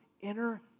inner